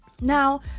Now